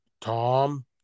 Tom